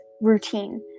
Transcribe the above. routine